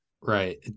right